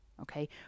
Okay